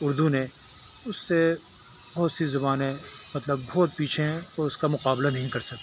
اردو نے اس سے بہت سے بہت سی زبانیں مطلب بہت پیچھے ہیں اور اس کا مقابلہ نہیں کر سکتیں